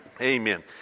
Amen